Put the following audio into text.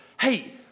hey